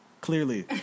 Clearly